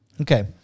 Okay